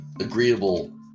agreeable